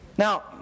Now